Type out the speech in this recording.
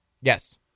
Yes